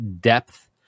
depth